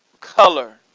color